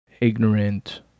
ignorant